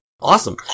Awesome